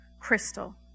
Crystal